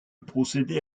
procédé